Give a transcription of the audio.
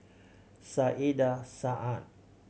Saiedah Said